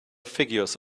figures